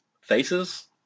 faces